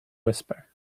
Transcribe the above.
whisper